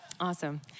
Awesome